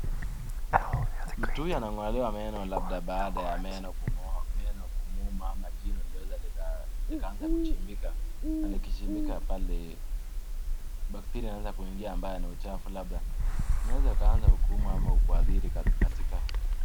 Mtu huyu anangolewa meno labda baada ya meno kumuuma ama jino liliweza likaanza kuchimbika, na likichimbika pale bacteria,(cs), inaweza kuingia ambayo ni uchafu labda inaweza ikaanza kukuuma ama kukuadhiri katika.